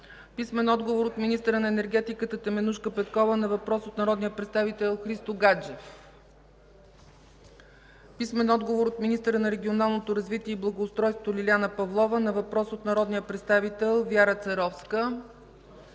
Атанасова; - министъра на енергетиката Теменужка Петкова на въпрос от народния представител Христо Гаджев; - министъра на регионалното развитие и благоустройството Лиляна Павлова на въпрос от народния представител Вяра Церовска;